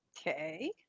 Okay